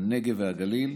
הנגב והגליל,